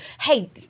hey